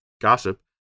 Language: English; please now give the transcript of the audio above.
Gossip